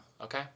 Okay